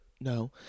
no